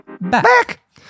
back